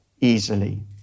easily